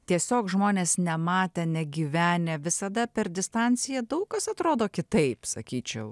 tiesiog žmonės nematę negyvenę visada per distanciją daug kas atrodo kitaip sakyčiau